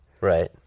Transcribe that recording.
Right